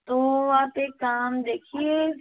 तो आप एक काम देखिए